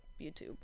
YouTube